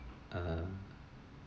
ah